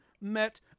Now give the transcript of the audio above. met